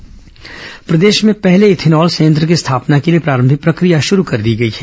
ethanol plant प्रदेश के पहले इथेनॉल संयंत्र की स्थापना के लिए प्रारंभिक प्रक्रिया शुरू कर दी गई है